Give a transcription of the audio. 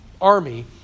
army